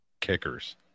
kickers